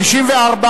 סעיף 3,